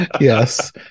Yes